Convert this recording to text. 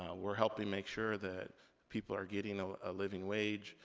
we're helping make sure that people are getting a living wage,